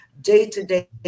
day-to-day